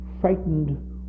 frightened